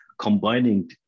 combining